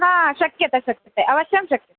हा शक्यते शक्यते अवश्यं शक्यते